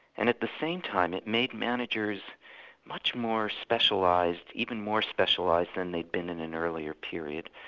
and at the same time it made managers much more specialised, even more specialised than they'd been in an earlier period,